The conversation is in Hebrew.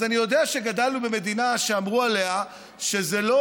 אז אני יודע שגדלנו במדינה שאמרו עליה שזו לא